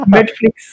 Netflix